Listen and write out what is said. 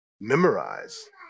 memorize